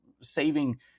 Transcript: saving